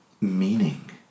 meaning